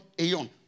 aeon